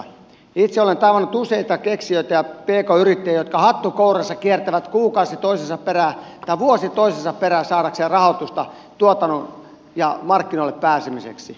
itse olen tavannut useita keksijöitä ja pk yrittäjiä jotka hattu kourassa kiertävät kuukausi toisensa perään tai vuosi toisensa perään saadakseen rahoitusta tuotantoon ja markkinoille pääsemiseksi